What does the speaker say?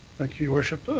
thank you, your worship.